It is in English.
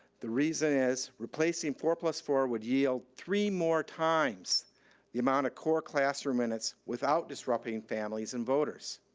the reason is replacing four plus four would yield three more times the amount of core classroom minutes without disrupting families and voters.